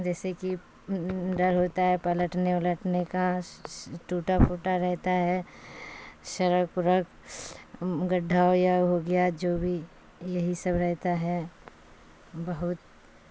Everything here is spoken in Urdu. جیسے کہ ڈر ہوتا ہے پلٹنے الٹنے کا ٹوٹا فوٹا رہتا ہے سڑک وڑک گڈھا ہویا ہو گیا جو بھی یہی سب رہتا ہے بہت